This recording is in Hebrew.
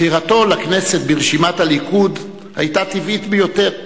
בחירתו לכנסת ברשימת הליכוד היתה טבעית ביותר,